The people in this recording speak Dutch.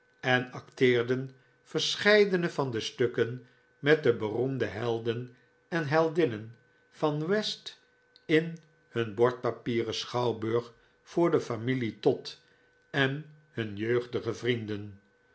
en acteerden verscheidene van de stukken met de beroemde helden en heldinnen van west in hun bordpapieren schouwburg voor de familie todd en hun jeugdige vrienden